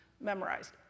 memorized